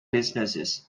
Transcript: businesses